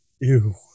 Ew